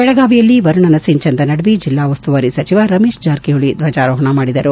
ಬೆಳಗಾವಿಯಲ್ಲಿ ವರುಣನ ಸಿಂಚನದ ನಡುವೆ ಜಿಲ್ಲಾ ಉಸ್ತುವಾರಿ ಸಚಿವ ರಮೇಶ್ ಜಾರಕಿಹೊಳ ದ್ಜಜಾರೋಹಣ ಮಾಡಿದರು